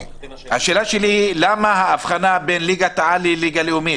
השאלה שלי היא למה ההבחנה בין ליגת העל לליגה לאומית?